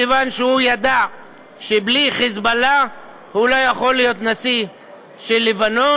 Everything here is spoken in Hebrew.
מכיוון שהוא ידע שבלי "חיזבאללה" הוא לא יכול להיות הנשיא של לבנון.